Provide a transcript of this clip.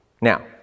Now